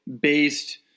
based